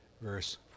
verse